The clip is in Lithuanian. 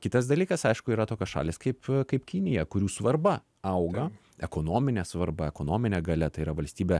kitas dalykas aišku yra tokios šalys kaip kaip kinija kurių svarba auga ekonominė svarba ekonominė galia tai yra valstybė